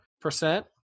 percent